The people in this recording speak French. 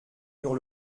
dure